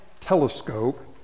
telescope